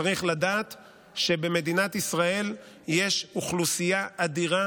צריך לדעת שבמדינת ישראל יש אוכלוסייה אדירה